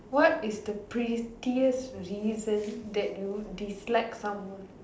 what is the pettiest reason that you dislike someone